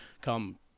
come